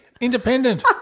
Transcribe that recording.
Independent